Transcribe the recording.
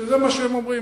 שזה מה שהם אומרים.